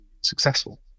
successful